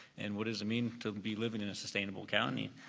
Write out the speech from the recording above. and what is the means to be living in a sustainable county?